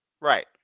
Right